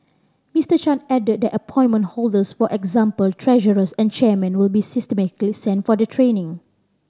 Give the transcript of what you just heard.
Mister Chan added that appointment holders for example treasurers and chairmen will be systematically sent for the training